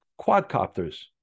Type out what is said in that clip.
quadcopters